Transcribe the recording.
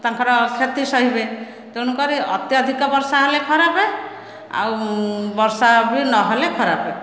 ତାଙ୍କର କ୍ଷତି ସହିବେ ତେଣୁକରି ଅତ୍ୟଧିକ ବର୍ଷା ହେଲେ ଖରାପ ଆଉ ବର୍ଷା ବି ନହେଲେ ଖରାପ